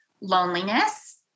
Loneliness